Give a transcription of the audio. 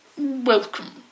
Welcome